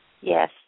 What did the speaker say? Yes